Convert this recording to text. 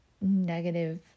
negative